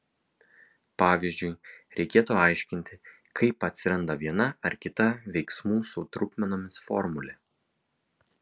pavyzdžiui reikėtų aiškinti kaip atsiranda viena ar kita veiksmų su trupmenomis formulė